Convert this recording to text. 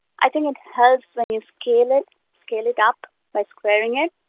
i think it helps when you scale it scale it up by squaring it.